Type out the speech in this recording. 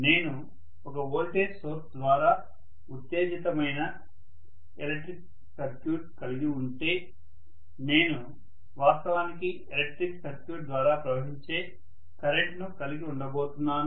నేను ఒక voltage source ద్వారా ఉత్తేజితమైన ఎలక్ట్రిక్ సర్క్యూట్ కలిగి ఉంటే నేను వాస్తవానికి ఎలక్ట్రిక్ సర్క్యూట్ ద్వారా ప్రవహించే కరెంట్ను కలిగి ఉండబోతున్నాను